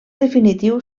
definitiu